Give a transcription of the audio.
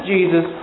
Jesus